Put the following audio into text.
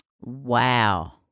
Wow